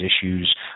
issues